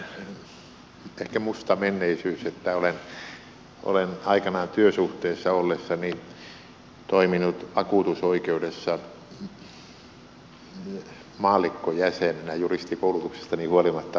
minulla on sillä tavalla ehkä musta menneisyys että olen aikanaan työsuhteessa ollessani toiminut vakuutusoikeudessa juristikoulutuksestani huolimatta maallikkojäsenenä